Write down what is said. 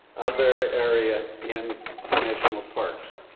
of their area in national parks.